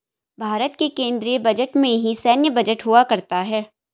भारत के केन्द्रीय बजट में ही सैन्य बजट हुआ करता है